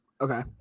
Okay